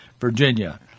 Virginia